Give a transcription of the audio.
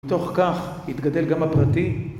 תוך כך התגדל גם בפרטי